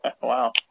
Wow